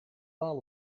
taal